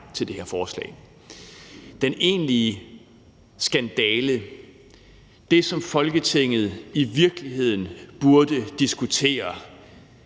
til det her forslag. Den egentlige skandale – det, som Folketinget i virkeligheden burde diskutere